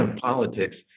politics